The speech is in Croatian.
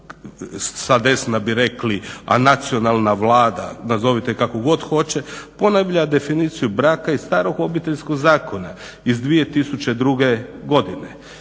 sa desna bi rekli, a nacionalna Vlada, nazovite kako god hoće, ponavlja definiciju braka i starog Obiteljskog zakona iz 2002. godine.